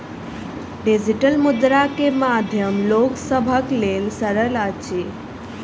digital मुद्रा के माध्यम लोक सभक लेल सरल अछि